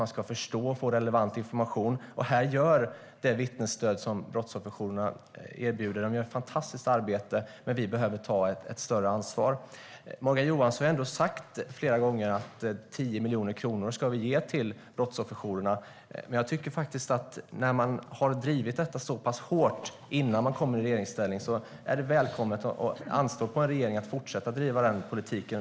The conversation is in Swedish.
Man ska förstå och få relevant information, och här gör vittnesstödet från brottsofferjourerna ett fantastiskt arbete. Men vi behöver ta ett större ansvar. Morgan Johansson har ändå sagt flera gånger att ni ska ge 10 miljoner till brottsofferjourerna. När man har drivit detta så pass hårt innan man kom i regeringsställning anstår det en regering att fortsätta driva den politiken.